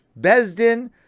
Bezdin